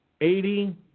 eighty